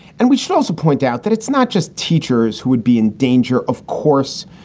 and we should also point out that it's not just teachers who would be in danger. of course,